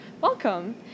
welcome